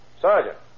Sergeant